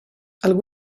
algú